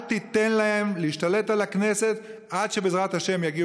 אל תיתן להם להשתלט על הכנסת, עד שבעזרת השם תגיע